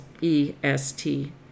E-S-T